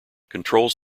controls